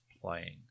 playing